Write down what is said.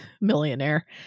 millionaire